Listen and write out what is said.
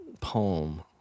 poem